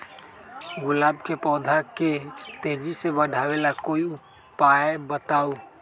गुलाब के पौधा के तेजी से बढ़ावे ला कोई उपाये बताउ?